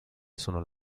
sono